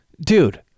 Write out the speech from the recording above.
dude